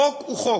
חוק הוא חוק,